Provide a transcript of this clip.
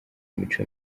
imico